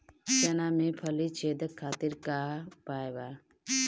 चना में फली छेदक खातिर का उपाय बा?